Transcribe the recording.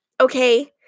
Okay